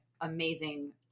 amazing